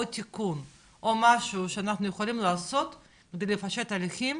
תיקון או משהו שאנחנו יכולים לעשות כדי לפשט הליכים,